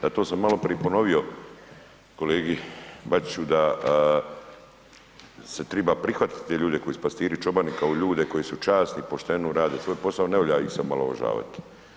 Da to sam maloprije ponovio kolegi Bačiću da se triba prihvatiti te ljude koji su pastiri i čobani kao ljude koji su časni i pošteno rade svoj posao, ne valja ih se omalovažavat.